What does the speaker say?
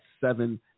seven